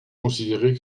considérer